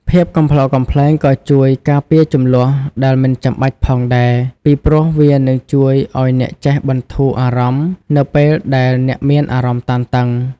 ភាពកំប្លុកកំប្លែងក៏ជួយការពារជម្លោះដែលមិនចាំបាច់ផងដែរ ពីព្រោះវានឹងជួយឱ្យអ្នកចេះបន្ធូរអារម្មណ៍នៅពេលដែលអ្នកមានអារម្មណ៍តានតឹង។